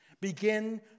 begin